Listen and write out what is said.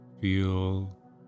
feel